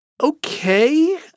okay